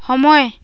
সময়